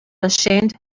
ashamed